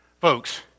folks